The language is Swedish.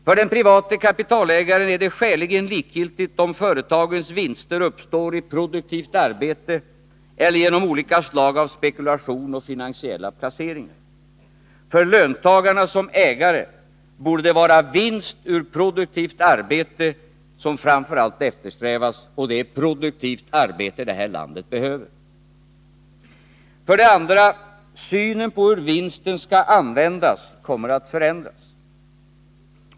För den private kapitalägaren är det skäligen likgiltigt om företagens vinster uppstår i produktionen eller genom olika slag av spekulation och finansiella placeringar. För löntagarna som ägare borde det vara vinst ur produktivt arbete som framför allt skall eftersträvas — och det är produktivt arbete det här landet behöver. 2. Synen på hur vinsten skall användas kommer att förändras.